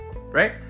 right